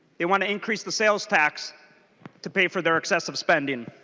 they want to increase the sales tax to pay for their excessive spending.